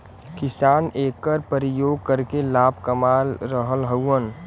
किसान एकर परियोग करके लाभ कमा रहल हउवन